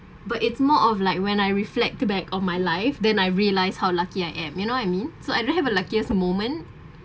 but it's more of like when I reflected back on my life then I realised how lucky I am you know what I mean so I don't have a luckiest moment